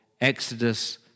Exodus